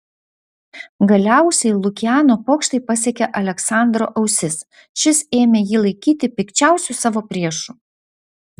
galiausiai lukiano pokštai pasiekė aleksandro ausis šis ėmė jį laikyti pikčiausiu savo priešu